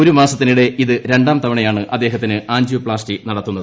ഒരു മാസത്തിനിടെ ഇത് രണ്ടാം തവണയാണ് അദ്ദേഹത്തിന് ആഞ്ചിയോപ്ലാസ്റ്റി നടത്തുന്നത്